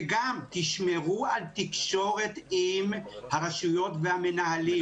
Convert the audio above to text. וגם תשמרו על תקשורת עם הרשויות והמנהלים.